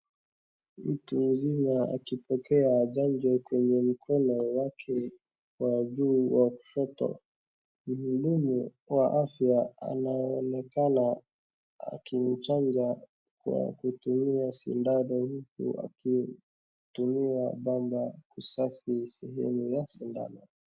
Mtu mzima akipokea chanjo kwenye mkono wake wajuu wa kushoto. Mhudumu wa afya anaonekana akimchanja kwa kutumia sindano huku akitumia pamba kusafisha sehemu ya sindano.